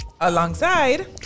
Alongside